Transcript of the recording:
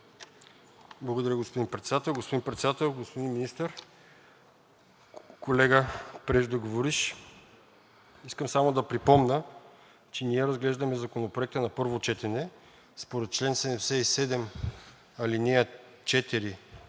Благодаря, господин Председател. Господин Председател, господин Министър! Колега преждеговоривш, искам само да припомня, че ние разглеждаме Законопроекта на първо четене. Според чл. 77, ал. 4